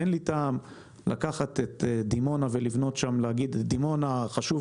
אין לי טעם לקחת את דימונה ולהגיד שחשוב